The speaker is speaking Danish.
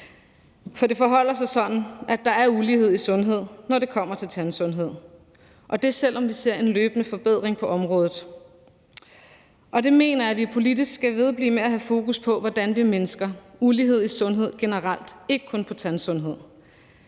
For det forholder sig sådan, at der er ulighed i sundhed, når det kommer til tandsundhed, og det, selv om vi ser en løbende forbedring på området. Det mener jeg vi politisk skal vedblive med at have fokus på hvordan vi mindsker, altså ulighed i sundhed generelt, ikke kun i tandsundhed.